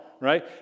right